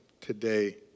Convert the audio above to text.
today